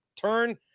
turn